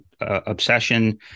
obsession